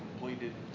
completed